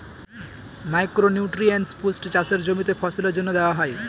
micro nutrients পুষ্টি চাষের জমিতে ফসলের জন্য দেওয়া হয়